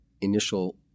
initial